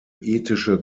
ethische